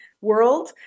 world